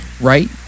Right